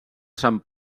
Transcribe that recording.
sant